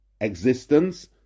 existence